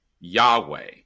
Yahweh